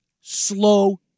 slow